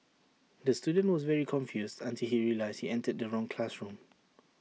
the student was very confused until he realised entered the wrong classroom